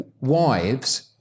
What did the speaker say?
wives